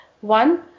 one